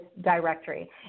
directory